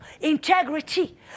integrity